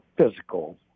physical